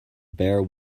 bare